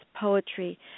poetry